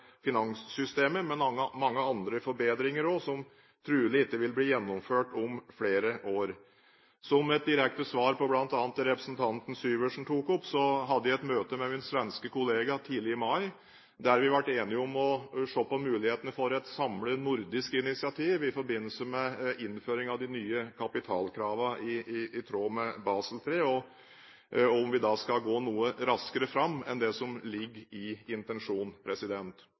finanssystemet, men mange andre forbedringer vil trolig ikke bli gjennomført før om flere år. Som et direkte svar på bl.a. det representanten Syversen tok opp, hadde jeg et møte med min svenske kollega tidlig i mai, der vi ble enige om å se på mulighetene for et samlet nordisk initiativ i forbindelse med innføring av de nye kapitalkravene i tråd med Basel III, og om vi skal gå noe raskere fram enn det som ligger i intensjonen.